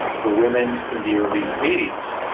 for women, in the early eighty s.